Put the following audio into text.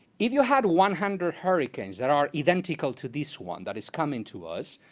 if you had one hundred hurricanes that are identical to this one that is coming to us,